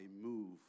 move